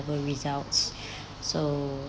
results so